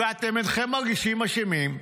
ואתם אינכם מרגישים אשמים,